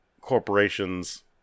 corporations